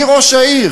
מי ראש העיר?